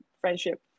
friendship